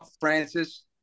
Francis